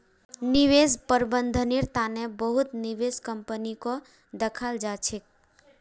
निवेश प्रबन्धनेर तने बहुत निवेश कम्पनीको दखाल जा छेक